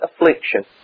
affliction